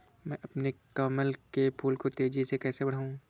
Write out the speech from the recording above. मैं अपने कमल के फूल को तेजी से कैसे बढाऊं?